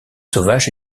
sauvages